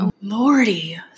Lordy